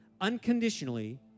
unconditionally